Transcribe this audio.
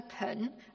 open